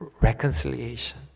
reconciliation